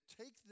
take